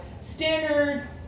standard